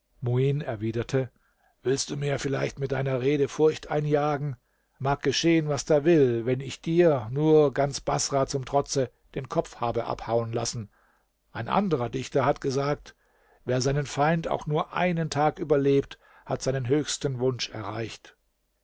erwiderte willst du mir vielleicht mit deiner rede furcht einjagen mag geschehen was da will wenn ich dir nur ganz baßrah zum trotze den kopf habe abhauen lassen ein anderer dichter hat gesagt wer seinen feind auch nur einen tag überlebt hat seinen höchsten wunsch erreicht